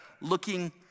looking